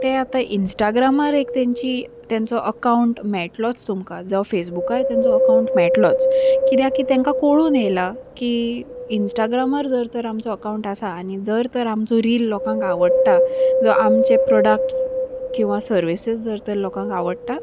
तें आतां इंस्टाग्रामार एक तेंची तेंचो अकावंट मेळटलोच तुमकां जावं फेसबुकार तेंचो अकावंट मेळटलोच कित्याक की तेंकां कळून येयला की इंस्टाग्रामार जर तर आमचो अकावंट आसा आनी जर तर आमचो रील लोकांक आवडटा जो आमचे प्रोडक्ट्स किंवा सर्विसीस जर तर लोकांक आवडटा